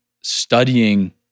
studying